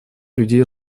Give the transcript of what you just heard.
людей